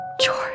George